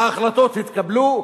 ההחלטות התקבלו,